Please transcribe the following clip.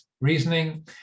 reasoning